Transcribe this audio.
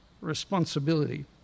responsibility